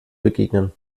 begegnen